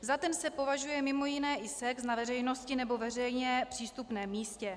Za ten se považuje mimo jiné i sex na veřejnosti nebo veřejně přístupném místě.